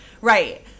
Right